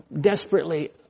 desperately